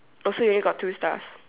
oh so you only got two stars